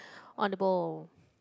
on the bowl